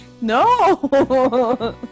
No